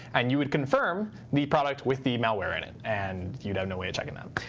and you would confirm the product with the malware in it, and you'd have no way of checking that.